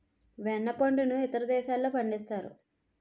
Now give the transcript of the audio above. వెన్న పండును ఇతర దేశాల్లో పండిస్తారు